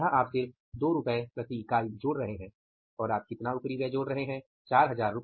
यहाँ आप सिर्फ 2 रु प्रति इकाई जोड़ रहे हैं और आप कितना उपरिव्यय जोड़ रहे हैं 4000 रु